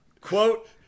Quote